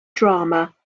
drama